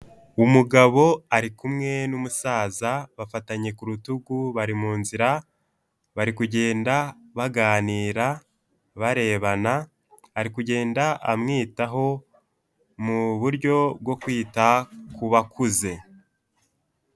Umugabo ari kumwe n'umusaza bafatanye ku rutugu bari munzira, bari kugenda baganira barebana, ari kugenda amwitaho mu buryo bwo kwita ku bakuze.